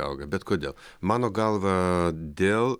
auga bet kodėl mano galva dėl